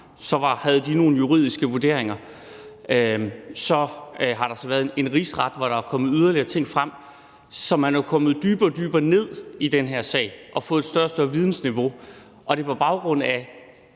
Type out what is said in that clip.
Så havde de nogle juridiske vurderinger, og så har der været en Rigsret, hvor der er kommet yderligere ting frem. Så man er jo kommet dybere og dybere ned i den her sag og har fået et større og større vidensniveau, og det er på baggrund af,